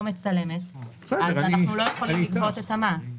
מצלמת אז אנחנו לא יכולים לגבות את המס.